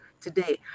today